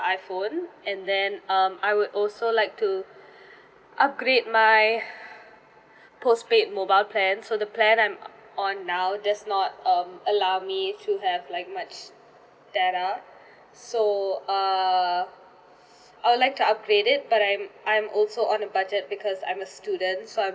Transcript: iphone and then um I would also like to upgrade my postpaid mobile plan so the plan I'm on now does not um allow me to have like much data so err I'll like to upgrade it but I'm I'm also on a budget because I'm a student so I'm